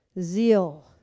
zeal